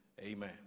Amen